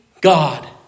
God